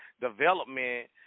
development